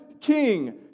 king